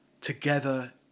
together